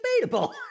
debatable